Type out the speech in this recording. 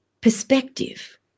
perspective